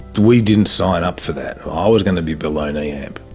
we didn't sign up for that. i was going to be below-knee amp,